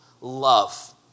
love